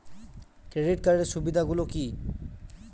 Credit কার্ডের সুবিধা গুলো কি?